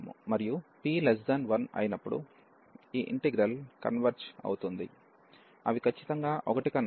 మరియు p1 అయినప్పుడు ఈ ఇంటిగ్రల్ కన్వెర్జ్ అవుతుంది అవి ఖచ్చితంగా 1 కన్నా తక్కువ